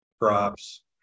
crops